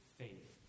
faith